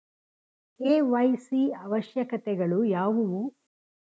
KYC ಅವಶ್ಯಕತೆಗಳು ಯಾವುವು?